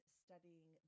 studying